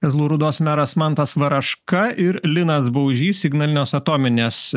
kazlų rūdos meras mantas varaška ir linas baužys ignalinos atominės